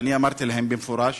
ואמרתי להם במפורש